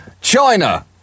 China